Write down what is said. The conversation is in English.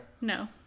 No